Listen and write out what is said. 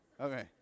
Okay